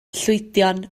llwydion